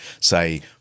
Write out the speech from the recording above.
say